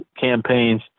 campaigns